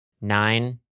nine